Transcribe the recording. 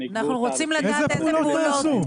איזה פעולות נעשו?